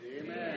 Amen